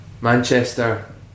Manchester